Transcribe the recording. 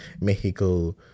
Mexico